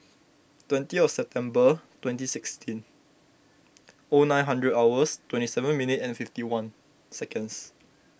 twentieth September twenty sixteen O nine hundred hours twenty seven minute and fifty one seconds